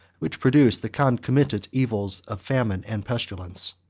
which produced the concomitant evils of famine and pestilence.